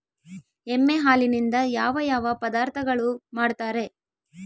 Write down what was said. ಎಮ್ಮೆ ಹಾಲಿನಿಂದ ಯಾವ ಯಾವ ಪದಾರ್ಥಗಳು ಮಾಡ್ತಾರೆ?